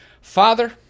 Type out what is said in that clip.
father